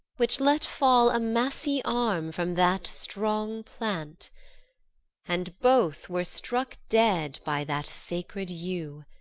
which let fall a massy arm from that strong plant and both were struck dead by that sacred yew,